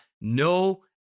No